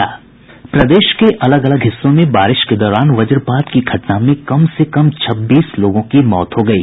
प्रदेश के अलग अलग हिस्सों में बारिश के दौरान वज्रपात की घटना में कम से कम छब्बीस लोगों की मौत हो गयी